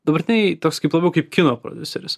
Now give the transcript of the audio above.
dabartinėj toks kaip labiau kaip kino prodiuseris